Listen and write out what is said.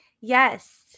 Yes